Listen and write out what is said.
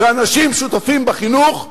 שאנשים שותפים בחינוך,